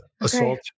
assault